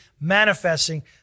manifesting